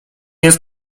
jest